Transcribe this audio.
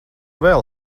vēl